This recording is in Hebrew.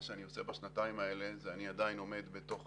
בשנתיים האלה אני עדיין עומד בתוך